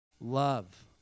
Love